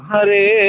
Hare